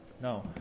Now